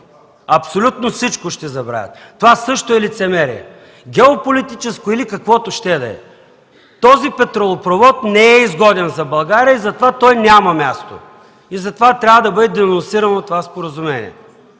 абсолютно всичко ще забравят! Това също е лицемерие – геополитическо или каквото ще да е. Този петролопровод не е изгоден за България и затова той няма място. Затова трябва да бъде денонсирано това споразумение.